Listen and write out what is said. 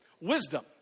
Wisdom